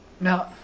Now